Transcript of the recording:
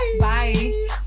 Bye